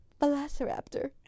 Velociraptor